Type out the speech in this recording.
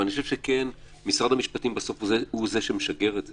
אבל אני חושב שכן משרד המשפטים בסוף הוא זה שמשגר את זה.